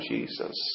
Jesus